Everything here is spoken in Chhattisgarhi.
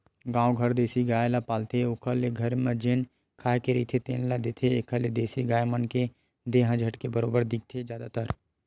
गाँव घर म देसी गाय ल पालथे ओला घरे म जेन खाए के रहिथे तेने ल देथे, एखर ले देसी गाय मन के देहे ह झटके बरोबर दिखथे जादातर